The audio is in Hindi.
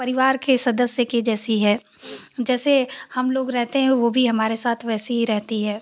परिवार के सदस्य के जैसी है जैसे हम लोग रहते हैं वो भी हमारे साथ वैसे ही रहती है